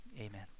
amen